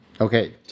okay